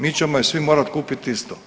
Mi ćemo ih svi morati kupiti isto.